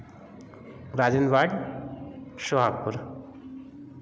Rajendra ward Sohagpur